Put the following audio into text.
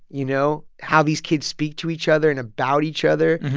you know, how these kids speak to each other and about each other,